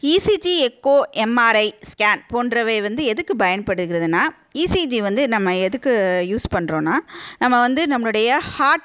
ECG echo MRI scan போன்றவை வந்து எதுக்கு பயன்படுகிறதுனால் இசிஜி வந்து நம்ம எதுக்கு யூஸ் பண்ணுறோன்னா நம்ம வந்து நம்மளுடைய ஹாட்